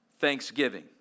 thanksgiving